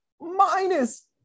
minus